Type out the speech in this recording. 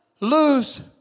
lose